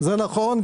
זה נכון.